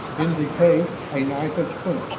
in the case a knife and spoon,